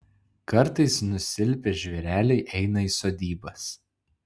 kartais nusilpę žvėreliai eina į sodybas